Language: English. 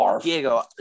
Diego